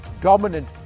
dominant